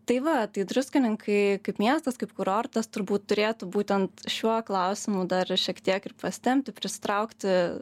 tai va tai druskininkai kaip miestas kaip kurortas turbūt turėtų būtent šiuo klausimu dar šiek tiek ir pasitempti prisitraukti